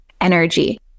energy